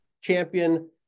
champion